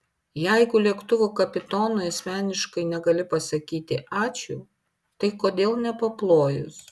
jeigu lėktuvo kapitonui asmeniškai negali pasakyti ačiū tai kodėl nepaplojus